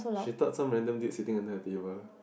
she thought some random dude sitting under her table